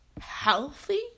healthy